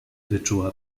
wyczuła